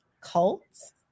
cults